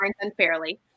unfairly